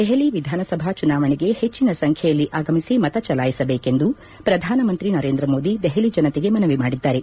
ದೆಹಲಿ ವಿಧಾನಸಭಾ ಚುನಾವಣೆಗೆ ಹೆಚ್ಚಿನ ಸಂಖ್ಯೆಯಲ್ಲಿ ಆಗಮಿಸಿ ಮತ ಚಲಾಯಿಸಬೇಕೆಂದು ಪ್ರಧಾನಮಂತ್ರಿ ನರೇಂದ್ರಮೋದಿ ದೆಹಲಿ ಜನತೆಗೆ ಮನವಿ ಮಾಡಿದ್ದಾರೆ